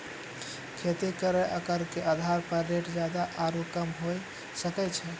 खेती केरो आकर क आधार पर रेट जादा आरु कम हुऐ सकै छै